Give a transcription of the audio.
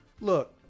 look